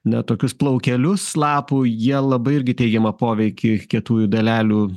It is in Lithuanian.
na tokius plaukelius lapų jie labai irgi teigiamą poveikį kietųjų dalelių